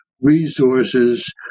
resources